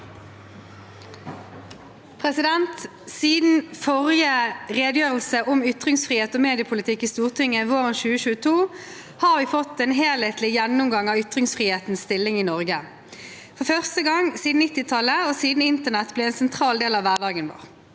Siden forri- ge redegjørelse om ytringsfrihet og mediepolitikk i Stortinget, våren 2022, har vi fått en helhetlig gjennomgang av ytringsfrihetens stilling i Norge – for første gang siden 1990-tallet, og siden internett ble en sentral del av hverdagen.